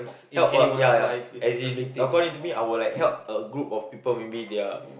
help a ya ya as in according to me I would help a group of people maybe they're